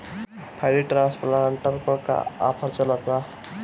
Paddy transplanter पर का offer चलता?